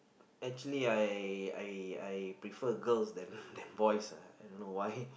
actually I I I prefer girls than than boys uh I don't know why